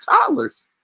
toddlers